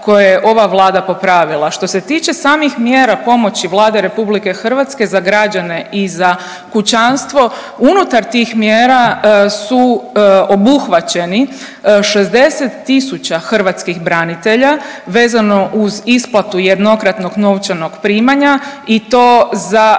koje je ova Vlada popravila. Što se tiče samih mjera pomoći Vlade RH za građane i za kućanstvo, unutar tih mjera su obuhvaćeni 60 tisuća hrvatskih branitelja vezano uz isplatu jednokratnog novčanog primanja i to za